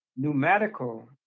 pneumatical